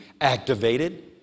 activated